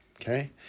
okay